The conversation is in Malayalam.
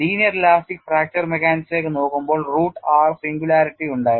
ലീനിയർ ഇലാസ്റ്റിക് ഫ്രാക്ചർ മെക്കാനിക്സിലേക്ക് നോക്കുമ്പോൾ റൂട്ട് r സിംഗുലാരിറ്റി ഉണ്ടായിരുന്നു